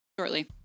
shortly